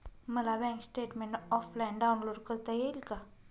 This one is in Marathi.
मला बँक स्टेटमेन्ट ऑफलाईन डाउनलोड करता येईल का?